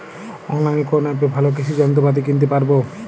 অনলাইনের কোন অ্যাপে ভালো কৃষির যন্ত্রপাতি কিনতে পারবো?